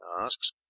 asks